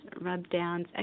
rub-downs